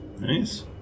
Nice